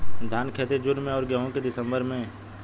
धान क खेती जून में अउर गेहूँ क दिसंबर में?